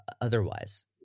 otherwise